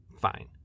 fine